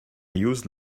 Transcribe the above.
use